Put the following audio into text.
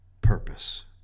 purpose